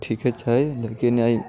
ठीके छै लेकिन